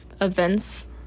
events